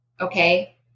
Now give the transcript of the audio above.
Okay